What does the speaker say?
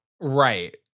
Right